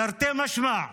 תרתי משמע,